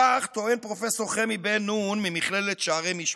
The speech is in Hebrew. כך טוען פרופ' חמי בן נון ממכללת שערי משפט: